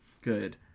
Good